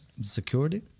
security